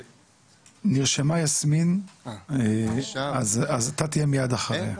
נרשמה יסמין אז אתה תהיה מיד אחריה.